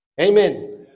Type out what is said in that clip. Amen